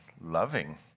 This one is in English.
loving